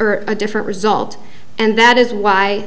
or a different result and that is why